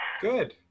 Good